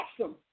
awesome